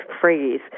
phrase